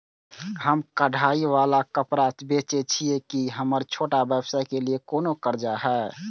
हम कढ़ाई वाला कपड़ा बेचय छिये, की हमर छोटा व्यवसाय के लिये कोनो कर्जा है?